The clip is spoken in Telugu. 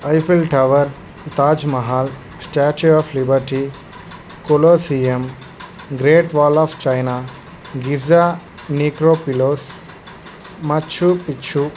Eiffel Tower Taj Mahal Statue of Liberty Colosseum Great Wall of China Giza Necropolis Machu Picchu